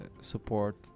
support